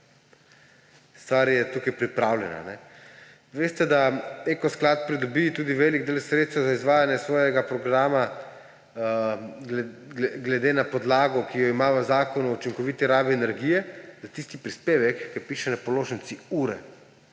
Stvar je tukaj pripravljena. Veste, da Eko sklad pridobi tudi velik del sredstev za izvajanje svojega programa glede na podlago, ki jo ima v Zakonu o učinkoviti rabi energije, za tisti prispevek, kjer piše na položnici ure.